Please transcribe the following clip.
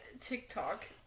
TikTok